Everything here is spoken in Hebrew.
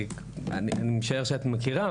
אני משער שאת מכירה,